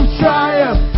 triumph